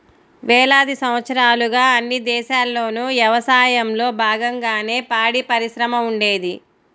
వేలాది సంవత్సరాలుగా అన్ని దేశాల్లోనూ యవసాయంలో బాగంగానే పాడిపరిశ్రమ ఉండేది